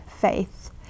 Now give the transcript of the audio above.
faith